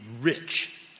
rich